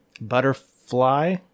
Butterfly